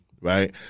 right